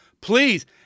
please